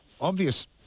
obvious